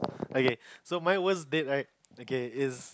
okay so my worst date right okay is